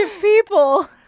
people